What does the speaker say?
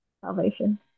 salvation